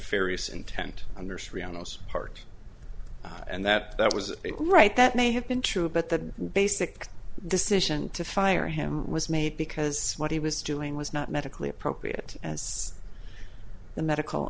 nefarious intent on nursery on those part and that that was a right that may have been true but the basic decision to fire him was made because what he was doing was not medically appropriate as the medical